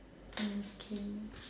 okay